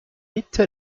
mitte